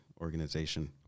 organization